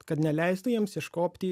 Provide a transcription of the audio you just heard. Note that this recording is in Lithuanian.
kad neleistų jiems iškopti